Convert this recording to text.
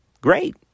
great